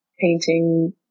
Painting